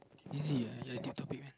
easy lah I like this topic man